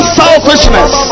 selfishness